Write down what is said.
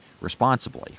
responsibly